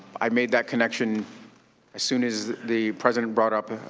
i made that connection as soon as the president brought up